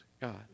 God